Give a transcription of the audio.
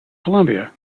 columbia